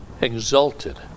exalted